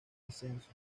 descenso